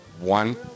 one